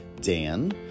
Dan